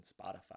Spotify